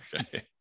Okay